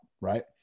right